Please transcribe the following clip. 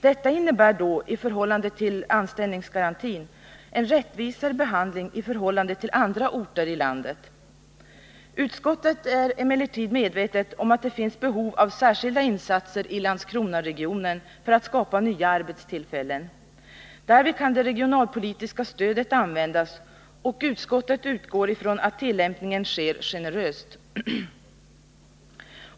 Detta innebär då, jämfört med anställningsgarantin, en rättvisare behandling i förhållande till andra orter i landet. Utskottet är emellertid medvetet om att det finns behov av särskilda insatser i Landskronaregionen för att skapa nya arbetstillfällen. Därvid kan det regionalpolitiska stödet användas, och utskottet utgår ifrån att tillämpningen sker generöst.